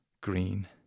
green